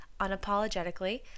unapologetically